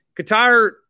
Qatar